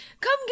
come